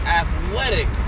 athletic